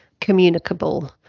communicable